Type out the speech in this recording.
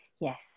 Yes